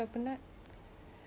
what's the point ya